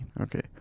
Okay